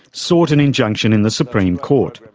sought an injunction in the supreme court.